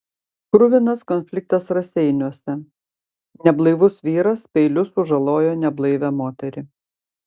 kruvinas konfliktas raseiniuose neblaivus vyras peiliu sužalojo neblaivią moterį